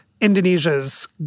Indonesia's